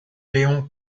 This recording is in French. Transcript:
léon